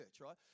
right